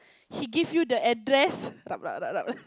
he give you the address rub rub rub rub